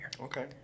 Okay